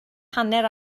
hanner